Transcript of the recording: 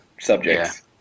subjects